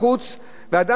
ואדם שקונה את הרכב,